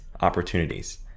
opportunities